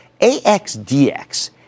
AXDX